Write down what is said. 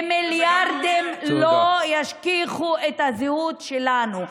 ומיליארדים לא ישכיחו את הזהות שלנו.